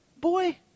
boy